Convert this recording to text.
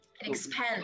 Expand